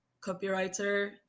copywriter